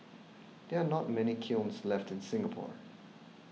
there are not many kilns left in Singapore